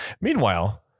Meanwhile